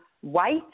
white